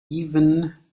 even